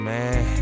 Man